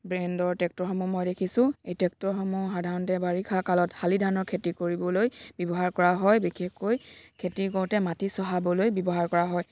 ব্ৰেণ্ডৰ ট্ৰেক্টৰসমূহ মই দেখিছোঁ এই ট্ৰেক্টৰসমূহ সাধাৰণতে বাৰিষা কালত শালি ধানৰ খেতি কৰিবলৈ ব্যৱহাৰ কৰা হয় বিশেষকৈ খেতি কৰোঁতে মাটি চহাবলৈ ব্যৱহাৰ কৰা হয়